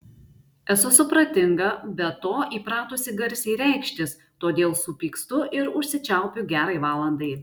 esu supratinga be to įpratusi garsiai reikštis todėl supykstu ir užsičiaupiu gerai valandai